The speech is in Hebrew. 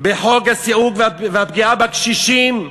פוגעים בחוק הסיעוד, והפגיעה בקשישים,